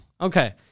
Okay